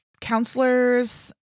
counselors